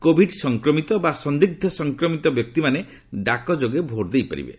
Covid ସଂକ୍ରମିତ ବା ସନ୍ଦିଗ୍ଧ ସଂକ୍ରମିତ ବ୍ୟକ୍ତିମାନେ ଡାକଯୋଗେ ଭୋଟ ଦେଇପାରିବେ